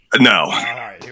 No